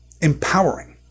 empowering